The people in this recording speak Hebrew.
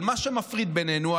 על מה שמפריד בינינו,